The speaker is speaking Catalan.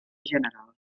general